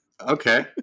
okay